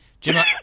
Jim